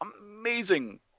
amazing